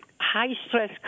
high-stress